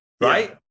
right